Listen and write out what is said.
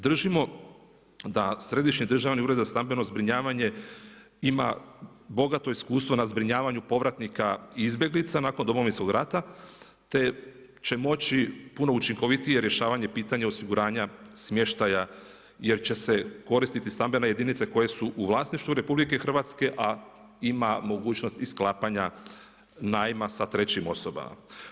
Držimo da Središnji državni ured za stambeno zbrinjavanje, ima bogato iskustvo na zbrinjavanju povratnika i izbjeglica nakon Domovinskog rata, te će moći puno učinkovitije rješavanje osiguravanje smještaja, jer će se koristiti stambene jedinice, koje su u vlasništvu RH, a ima mogućnost i sklapanja najma sa 3 osobama.